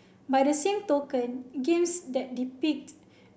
by the same token games that depict